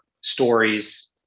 stories